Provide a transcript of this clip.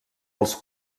als